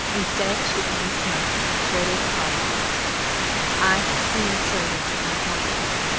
instead she only smiled and quoted a bible verse i have seen servants upon horses,